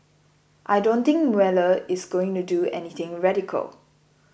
I don't think Mueller is going to do anything radical